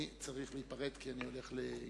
אני צריך להיפרד כי אני הולך להיפרד